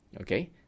Okay